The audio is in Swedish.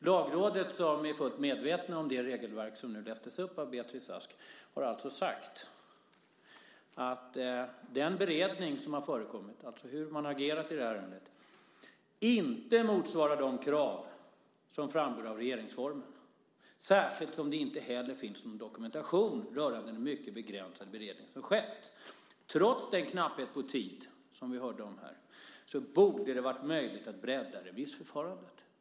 Lagrådet, som är fullt medvetet om det regelverk som lästes upp av Beatrice Ask, har sagt att den beredning som har förekommit, alltså hur man har agerat i ärendet, inte motsvarar de krav som framgår av regeringsformen - särskilt som det inte heller finns någon dokumentation rörande den mycket begränsade beredning som har skett. Trots den knapphet med tid, som vi hörde om, borde det varit möjligt att bredda remissförfarandet.